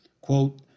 quote